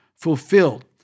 fulfilled